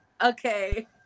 Okay